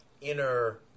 inner